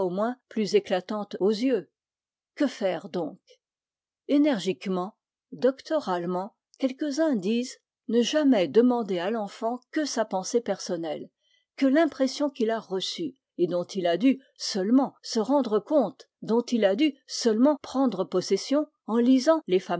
plus éclatante aux yeux que faire donc énergiquement doctoralement quelques-uns disent ne jamais demander à l'enfant que sa pensée personnelle que l'impression qu'il a reçue et dont il a dû seulement se rendre compte dont il a dû seulement prendre possession en lisant les